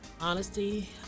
Honesty